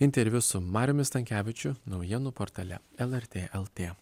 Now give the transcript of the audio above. interviu su mariumi stankevičiumi naujienų portale lrt lt